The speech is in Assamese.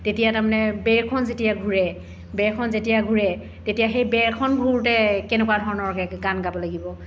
তেতিয়া তাৰমানে বেইখন যেতিয়া ঘূৰে বেইখন যেতিয়া ঘূৰে তেতিয়া সেই বেইখন ঘূৰোঁতে কেনেকুৱা ধৰণৰকৈ গান গাব লাগিব